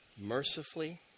mercifully